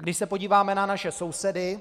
Když se podíváme na naše sousedy